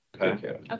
okay